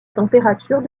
température